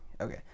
Okay